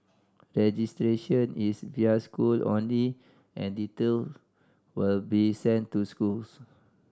registration is via schools only and details will be sent to schools